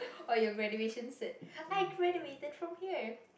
oh your graduation cert I graduated from here